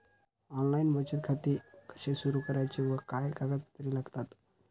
Online बचत खाते कसे सुरू करायचे व काय कागदपत्रे लागतात?